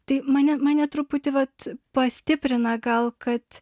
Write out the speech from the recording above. tai mane mane truputį vat pastiprina gal kad